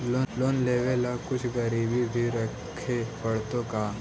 Loan लेबे ल कुछ गिरबी भी रखे पड़तै का?